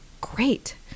great